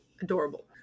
adorable